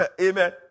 Amen